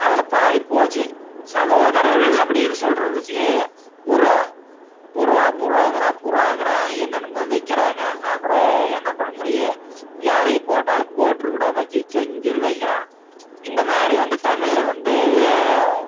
அதில் பாதி போச்சு சகோதரர்கள் அப்படினு சொல்லுறதுக்கு புரோ புரோ புரோங்கிறான் புறாங்கிறான் என்னென்னமோ வைக்கிறாங்க அப்புறோம் என்ன பண்ண முடியும் யாரை போட்டாலும் போட்ருவன்டா வச்சு செஞ்ருவைங்கிறான் இந்த மாதிரி வந்து தமிழில் வந்து